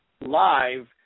live